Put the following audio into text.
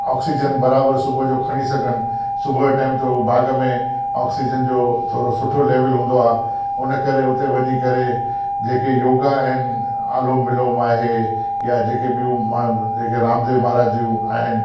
oxygen बराबरु सुबुह जो खणी सघनि सुबुह जो टाइम थोरो बाग़ में ऑक्सीजन जो थोरो सुठो लैवल हूंदो आहे उन करे उते वञी करे जेके योगा आहिनि आलोम विलोम आहे या जेके ॿियूं मां जेके रामदेव महाराज जूं आहिनि